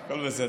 לא, הכול בסדר.